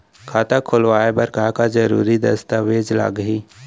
खाता खोलवाय बर का का जरूरी दस्तावेज लागही?